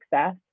success